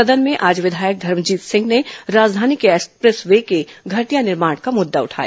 सदन में आज विधायक धर्मजीत सिंह ने राजधानी के एक्सप्रेस वे के घटिया निर्माण का मुद्दा उठाया